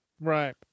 right